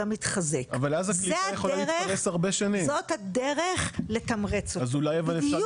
נציג הסוכנות היהודית לארץ ישראל או ההסתדרות הציונית העולמית,